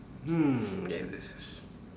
mm yes this is